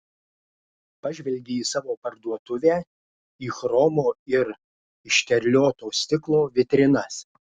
pažvelgė į savo parduotuvę į chromo ir išterlioto stiklo vitrinas